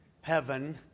heaven